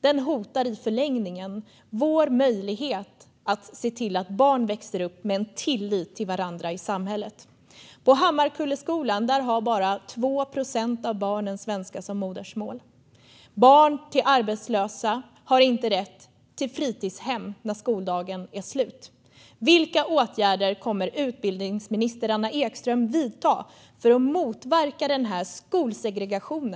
Den hotar i förlängningen vår möjlighet att se till att barn växer upp med en tillit till varandra i samhället. På Hammarkullsskolan har bara 2 procent av barnen svenska som modersmål. Barn till arbetslösa har inte rätt till fritidshem när skoldagen är slut. Vilka åtgärder kommer utbildningsminister Anna Ekström att vidta för att motverka denna skolsegregation?